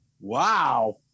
Wow